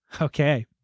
Okay